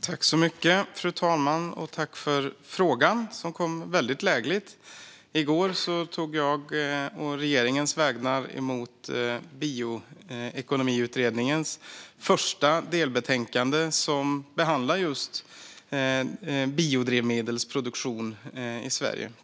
Fru talman! Tack, ledamoten, för frågan, som kom väldigt lägligt! I går tog jag å regeringens vägnar emot bioekonomiutredningens första delbetänkande, som behandlar just biodrivmedelsproduktion i Sverige.